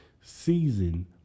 season